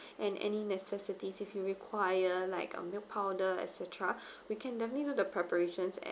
and any necessities if you require like a milk powder et cetera we can definitely do the preparations